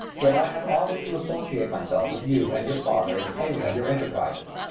that i have offered to associate myself with you and your father in any of your enterprises.